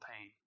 pain